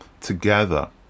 together